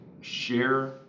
share